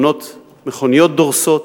מכוניות דורסות,